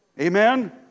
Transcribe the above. Amen